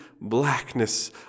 blackness